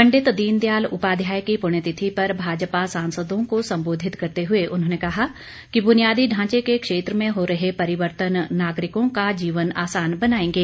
पंडित दीनदयाल उपाध्याय की पुण्यतिथि पर भाजपा सांसदों को संबोधित करते हुए उन्होंने कहा कि बुनियादी ढांचे के क्षेत्र में हो रहे परिवर्तन नागरिकों का जीवन आसान बनायेंगे